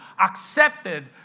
accepted